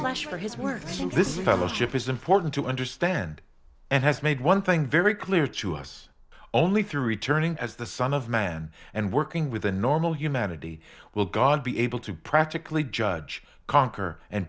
him for his words this is fellowship is important to understand and has made one thing very clear to us only through returning as the son of man and working with a normal humanity will god be able to practically judge conquer and